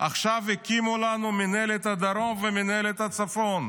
עכשיו הקימו לנו מינהלת הדרום ומינהלת הצפון,